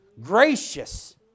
Gracious